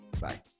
bye